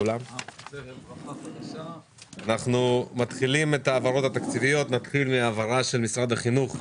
שינויים בתקציב לשנת 2022. נתחיל מהעברות של משרד החינוך,